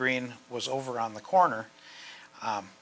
green was over on the corner